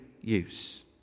use